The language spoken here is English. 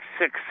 six